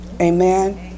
Amen